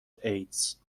ایدز